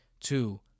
two